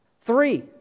Three